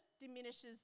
diminishes